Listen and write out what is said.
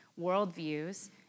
worldviews